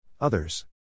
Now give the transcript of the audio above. Others